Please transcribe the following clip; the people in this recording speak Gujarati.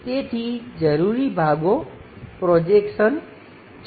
તેથી જરૂરી ભાગો પ્રોજેક્શન છે